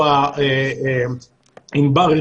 או ענבר,